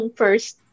first